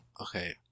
okay